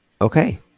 Okay